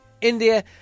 India